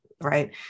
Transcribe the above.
right